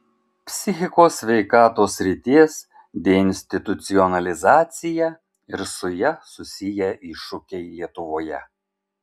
psichikos sveikatos srities deinstitucionalizacija ir su ja susiję iššūkiai lietuvoje